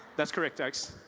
that's correct guys.